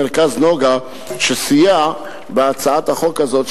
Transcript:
"מרכז נגה" שסייע בהצעת החוק הזאת,